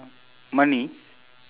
money